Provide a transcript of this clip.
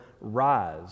rise